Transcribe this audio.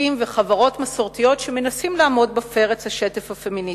וחברות מסורתיות שמנסים לעמוד בפרץ השטף הפמיניסטי.